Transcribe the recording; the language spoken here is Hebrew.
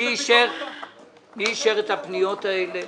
מי אישר את הפניות האלה?